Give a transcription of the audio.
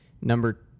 Number